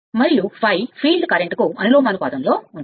మరియు ∅ ఫీల్డ్ కరెంట్కు అనులోమానుపాతంలో ఉంటుంది